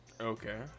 Okay